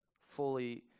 fully